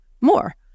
more